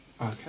Okay